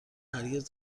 هرگز